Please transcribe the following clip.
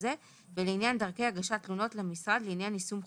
כהגדרתו בחוק